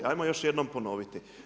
Ajmo još jednom ponoviti.